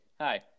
Hi